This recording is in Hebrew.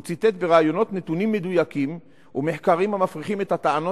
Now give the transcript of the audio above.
הוא ציטט בראיונות נתונים מדויקים ומחקרים המפריכים את הטענות